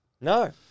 No